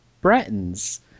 Bretons